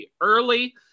early